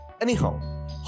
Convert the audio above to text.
Anyhow